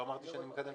לא אמרתי שאני מקדם.